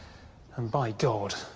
and, by god,